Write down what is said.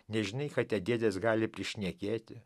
nežinai ką tie dėdės gali prišnekėti